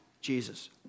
Jesus